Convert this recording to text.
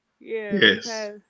Yes